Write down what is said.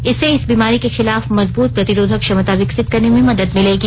इससे इस बीमारी के खिलाफ मजबूत प्रतिरोधक क्षमता विकसित करने में मदद मिलेगी